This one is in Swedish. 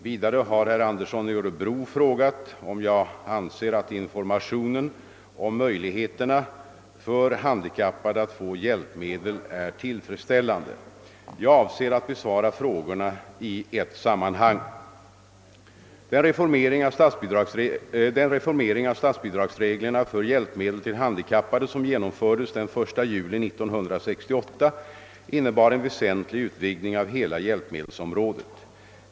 Vidare har herr Andersson i Örebro frågat om jag anser att informationen om möjligheterna för handikappade att få hjälpmedel är tillfredsställande. Jag avser att besvara frågorna i ett sammanhang. Den reformering av statsbidragsreglerna för hjälpmedel till handikappade som genomfördes den 1 juli 1968 innebar en väsentlig utvidgning av hela hjälpmedelsområdet.